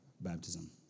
baptism